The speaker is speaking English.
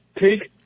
Take